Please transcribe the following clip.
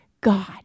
God